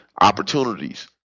opportunities